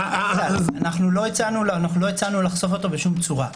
לא הצענו לחשוף אותו בשום צורה.